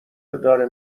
داره